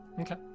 Okay